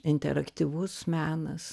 interaktyvus menas